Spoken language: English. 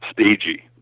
stagey